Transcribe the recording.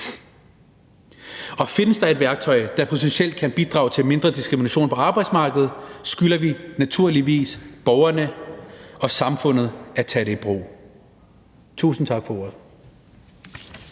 Og findes der et værktøj, der potentielt kan bidrage til mindre diskrimination på arbejdsmarkedet, skylder vi naturligvis borgerne og samfundet at tage det i brug. Tusind tak for ordet.